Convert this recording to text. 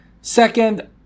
Second